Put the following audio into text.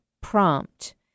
prompt